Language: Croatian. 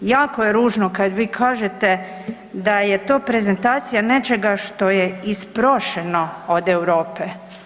Jako je ružno kada vi kažete da je to prezentacija nečega što je isprošeno od Europe.